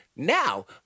Now